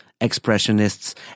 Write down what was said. Expressionists